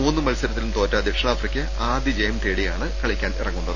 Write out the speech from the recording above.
മൂന്നു മത്സരത്തിലും തോറ്റ ദക്ഷിണാഫ്രിക്ക ആദ്യജയം തേടിയാണ് കളിക്കാനിറങ്ങുന്നത്